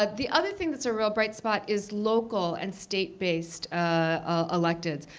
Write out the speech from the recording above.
ah the other thing that's a real bright spot is local and state-based ah electeds.